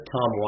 Tom